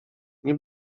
nie